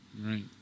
Right